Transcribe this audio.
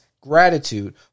gratitude